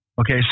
okay